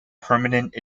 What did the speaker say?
permanent